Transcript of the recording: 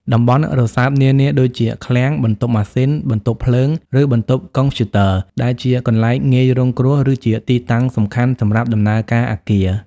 តំបន់រសើបនានា ដូចជា ឃ្លាំង បន្ទប់ម៉ាស៊ីន បន្ទប់ភ្លើង ឬបន្ទប់កុំព្យូទ័រ ដែលជាកន្លែងងាយរងគ្រោះ ឬជាទីតាំងសំខាន់សម្រាប់ដំណើរការអគារ។